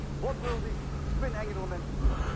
what will the spin angular momentum do?